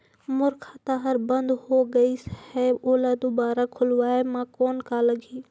मोर खाता हर बंद हो गाईस है ओला दुबारा खोलवाय म कौन का लगही?